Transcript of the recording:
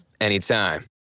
anytime